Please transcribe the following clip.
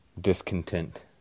discontent